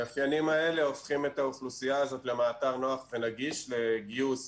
המאפיינים האלה הופכים את האוכלוסייה זאת למאתר נוח ונגיש לגיוס